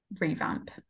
revamp